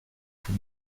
tout